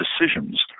decisions